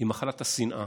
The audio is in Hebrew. מחלת השנאה.